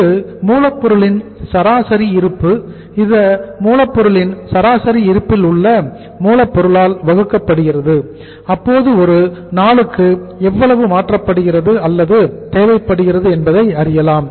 இது மூலப்பொருளின் சராசரி இருப்பு இந்த மூலப்பொருளின் சராசரி இருப்பில் உள்ள மூலப் பொருளால் வகுக்கப்படுகிறது அப்போது ஒரு நாளுக்கு எவ்வளவு மாற்றப்படுகிறது அல்லது தேவைப்படுகிறது என்பதை அறியலாம்